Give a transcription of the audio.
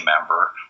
member